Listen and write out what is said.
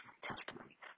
testimony